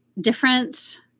different